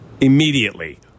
immediately